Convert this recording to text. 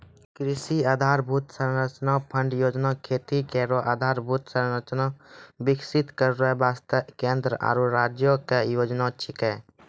कृषि आधारभूत संरचना फंड योजना खेती केरो आधारभूत संरचना विकसित करै वास्ते केंद्र आरु राज्यो क योजना छिकै